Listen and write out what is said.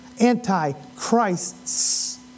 Antichrists